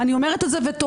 אני אומרת את זה ותוהה.